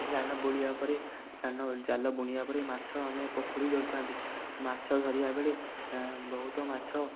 ଜାଲ ବୁଣିବା ପରେ ଜାଲ ବୁଣିବା ପରେ ମାଛ ଆମେ ପୋଖରୀରୁ ଧରିଥାନ୍ତି ମାଛ ଧରିବାବେଳେ ବହୁତ ମାଛ